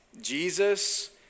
Jesus